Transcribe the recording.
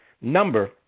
number